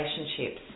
relationships